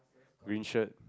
green shirt